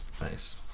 Nice